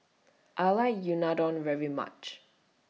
I like Unadon very much